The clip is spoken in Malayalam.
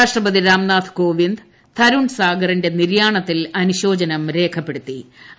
രാഷ്ട്രപതി രാംനാഥ് കോവിന്ദ് തരുൺ സാഗറിന്റെ നിര്യാണത്തിൽ അനുശോചിച്ചു